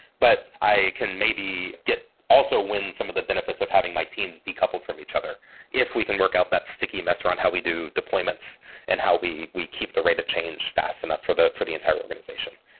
but i can maybe get also win some of the benefits of having my teams decoupled from each other if we can work out that sticky mess around how we do deployments and how we we keep the rate of change fast enough for the for the entire organization,